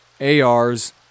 ARs